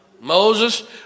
Moses